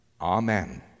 Amen